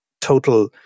total